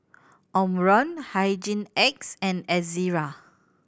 Omron Hygin X and Ezerra